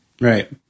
Right